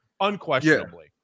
unquestionably